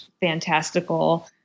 fantastical